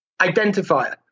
identifier